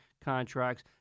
contracts